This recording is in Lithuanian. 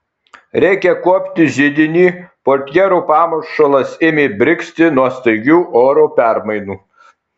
reikia kuopti židinį portjerų pamušalas ėmė brigzti nuo staigių oro permainų